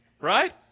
Right